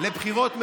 לבחירות מחודשות,